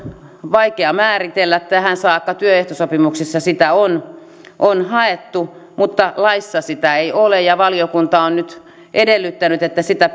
vaikea määritellä tähän saakka työehtosopimuksissa sitä on on haettu mutta laissa sitä ei ole ja valiokunta on nyt edellyttänyt että sitä